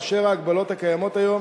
באשר ההגבלות הקיימות היום